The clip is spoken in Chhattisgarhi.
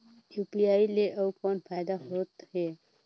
यू.पी.आई ले अउ कौन फायदा होथ है?